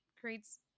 creates